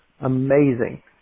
amazing